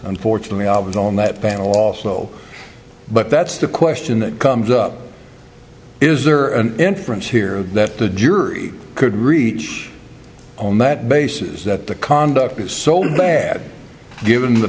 unfortunately i was on that panel also but that's the question that comes up is there an inference here that the jury could reach on that basis that the conduct was sold bad given the